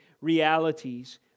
realities